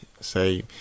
say